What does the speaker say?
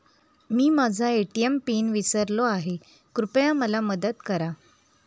मी माझा ATM pin विसरलो आहे, कृपया मला मदत करा